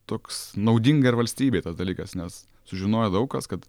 toks naudinga ir valstybei tas dalykas nes sužinojo daug kas kad